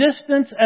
distance